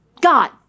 God